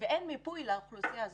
אין מיפוי לאוכלוסייה הזאת.